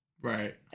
Right